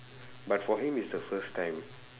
but for him it's the first time